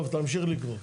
טוב, תמשיך לקרוא.